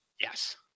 Yes